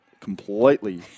completely